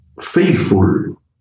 faithful